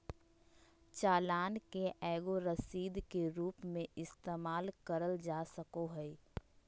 चालान के एगो रसीद के रूप मे इस्तेमाल करल जा सको हय